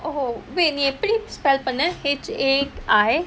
oh wait நீ எப்படி:nee eppadi spell பண்ணேன்:pannaen H A I